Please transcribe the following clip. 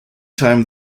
time